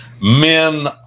Men